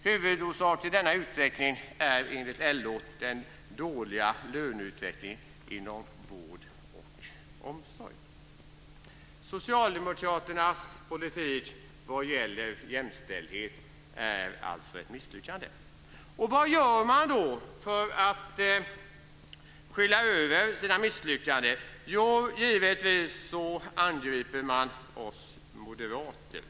Huvudorsak till denna utveckling är enligt LO den dåliga löneutvecklingen inom vård och omsorg. Socialdemokraternas politik vad gäller jämställdhet är alltså ett misslyckande. Vad gör man då för att skyla över sina misslyckanden? Jo, givetvis angriper man oss moderater.